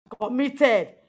Committed